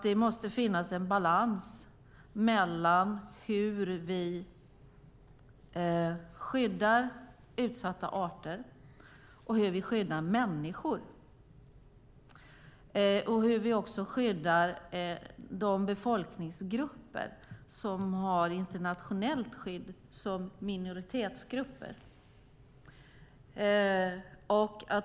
Det måste finnas en balans mellan hur vi skyddar utsatta arter och hur vi skyddar människor och de befolkningsgrupper som har internationellt skydd som minoritetsgrupper.